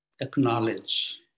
acknowledge